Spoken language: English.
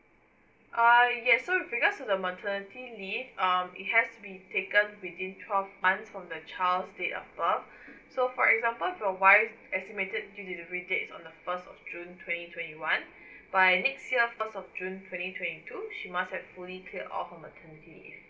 err yes so with regards to the maternity leave um it has to be taken taken within twelve months from a child date of birth so for example if your wife estimated due delivery date is on the first of june twenty twenty one by next year first of june twenty twenty two she must have fully cleared all her maternity leave